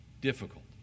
difficult